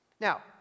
Now